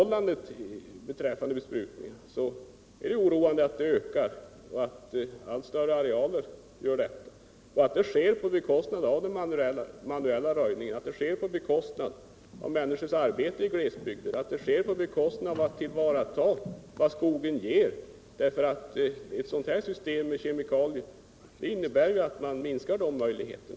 Det är oroande att allt större arealer besprutas. Denna ökning sker på bekostnad av den manuella röjningen, dvs. på bekostnad av människors arbete i glesbygder, och på bekostnad av möjligheterna att tillvarata vad skogen ger; systemet med kemikalier innebär ju att man minskar den.